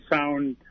Sound